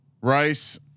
Rice